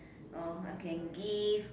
uh I can give